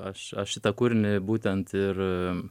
aš aš šitą kūrinį būtent ir